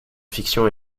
fiction